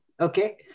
okay